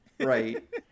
right